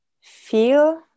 feel